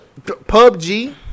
PUBG